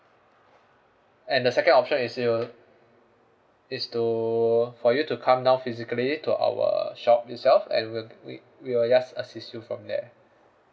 and the second option is you is to for you to come down physically to our shop itself and we'll we we will just assist you from there